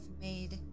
made